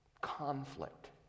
conflict